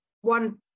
one